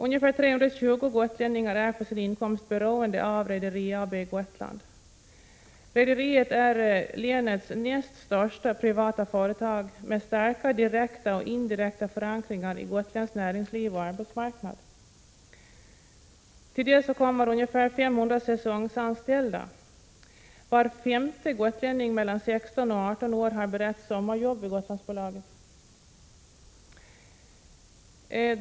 Ungefär 320 gotlänningar är för sin inkomst beroende av Rederi AB Gotland. Rederiet är länets näst största privata företag med starka direkta och indirekta förankringar i gotländskt näringsliv och gotländsk arbetsmarknad. Till detta kommer ca 500 säsonganställda. Var femte gotlänning mellan 16 och 18 år har beretts sommarjobb vid Gotlandsbolaget.